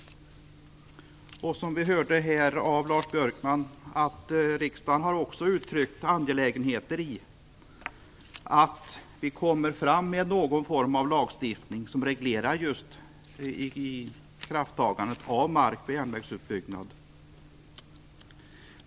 Som vi hörde av Lars Björkman har även riksdagen uttryckt angelägenheten i att vi kommer fram med någon form av lagstiftning som reglerar ianspråktagandet av mark för järnvägsutbyggnad.